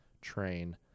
train